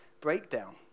breakdown